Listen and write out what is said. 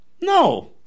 No